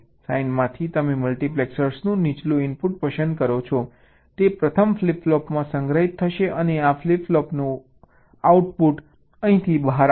સાઈનમાંથી તમે મલ્ટિપ્લેક્સરનું નીચલું ઇનપુટ પસંદ કરો છો તે પ્રથમ ફ્લિપ ફ્લોપમાં સંગ્રહિત થશે અને આ ફ્લિપ ફ્લોપનું આઉટપુટ અહીંથી બહાર આવશે